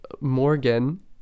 Morgan